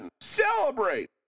Celebrate